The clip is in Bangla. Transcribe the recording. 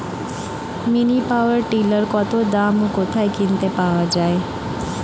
মিনি পাওয়ার টিলার কত দাম ও কোথায় কিনতে পাওয়া যায়?